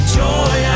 joy